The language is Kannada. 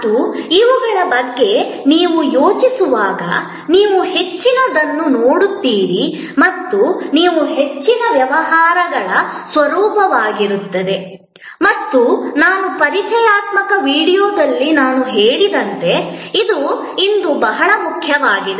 ಮತ್ತು ಇವುಗಳ ಬಗ್ಗೆ ನೀವು ಯೋಚಿಸುವಾಗ ನೀವು ಹೆಚ್ಚಿನದನ್ನು ನೋಡುತ್ತೀರಿ ಮತ್ತು ಇವು ಹೆಚ್ಚಿನ ವ್ಯವಹಾರಗಳ ಸ್ವರೂಪವಾಗಿರುತ್ತದೆ ಮತ್ತು ನನ್ನ ಪರಿಚಯಾತ್ಮಕ ವೀಡಿಯೊದಲ್ಲಿ ನಾನು ಹೇಳಿದಂತೆ ಇದು ಇಂದು ಬಹಳ ಮುಖ್ಯವಾಗಿದೆ